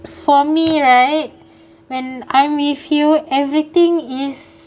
for me right when I'm with you everything is